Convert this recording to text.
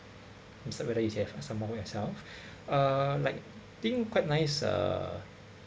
except whether you have some more to say for yourself uh like think quite nice uh